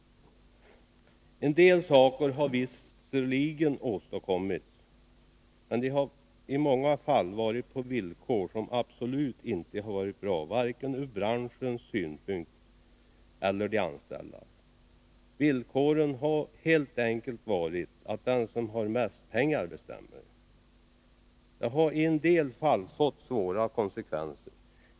En del saker har visserligen åstadkommits, men det har i många fall skett på villkor som absolut inte har varit bra vare sig från branschens eller de anställdas synpunkt. Villkoren har helt enkelt varit att den som har mest pengar bestämmer. Det har i en del fall fått svåra konsekvenser.